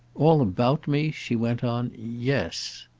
all about me, she went on yes.